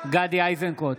גדי איזנקוט,